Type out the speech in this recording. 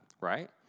Right